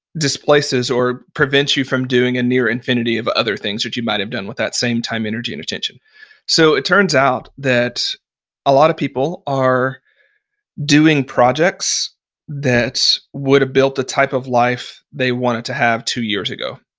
displaces or prevents you from doing a near infinity of other things that you might've done with that same time, energy and attention so, it turns out that a lot of people are doing projects that would have built the type of life they wanted to have two years ago,